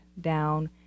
down